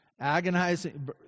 agonizing